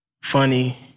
funny